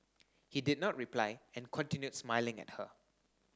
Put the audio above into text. he did not reply and continued smiling at her